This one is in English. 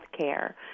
care